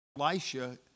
Elisha